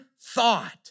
thought